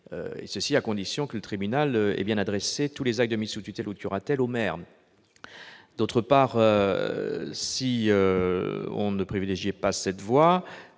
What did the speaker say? et ce à condition que le tribunal ait bien adressé tous les actes de mise sous tutelle ou curatelle au maire. Ensuite, si l'on ne privilégiait pas cette voie,